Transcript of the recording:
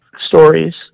stories